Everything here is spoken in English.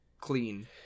clean